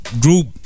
group